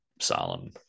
solemn